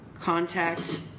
contact